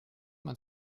man